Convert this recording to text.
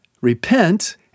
Repent